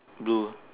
blue